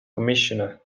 commissioner